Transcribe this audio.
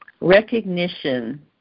Recognition